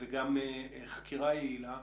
וחקירה יעילה,